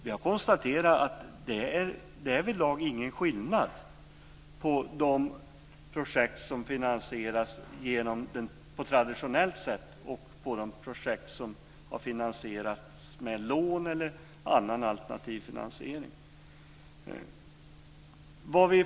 Vi har konstaterat att det därvidlag inte är någon skillnad på de projekt som finansieras på traditionellt sätt och de projekt som har finansierats med lån eller annan alternativ finansiering.